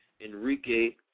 Enrique